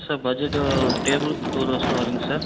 sir budget டேபிள்க்கு two thousand வருங்க sir